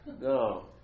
No